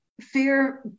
fear